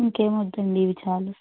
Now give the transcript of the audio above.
ఇంకేం వద్దండి ఇవి చాలు